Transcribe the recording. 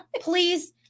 Please